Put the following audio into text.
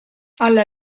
alla